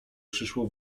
przyszło